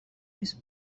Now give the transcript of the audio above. his